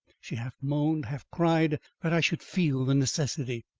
she half moaned, half cried, that i should feel the necessity!